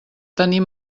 tenir